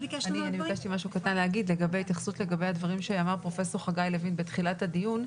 ביקשתי התייחסות לגבי הדברים שאמר פרופסור חגי לוין בתחילת הדיון.